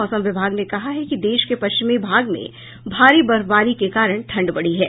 मौसम विभाग ने कहा है कि देश के पश्चिमी भाग में भारी बर्फवारी के कारण ठंड बढ़ी है